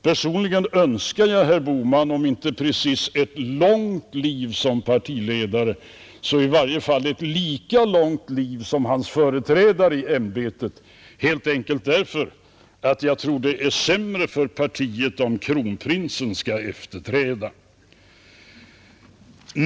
Personligen önskar jag herr Bohman om inte precis ett långt liv som partiledare så i varje fall ett lika långt liv som hans företrädare i ämbetet — helt enkelt därför att jag tror att det är sämre för partiet om kronprinsen skall efterträda.